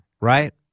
right